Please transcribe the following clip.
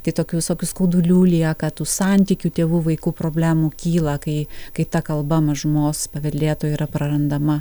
tai tokių visokių skaudulių lieka tų santykių tėvų vaikų problemų kyla kai kai ta kalba mažumos paveldėtoji yra prarandama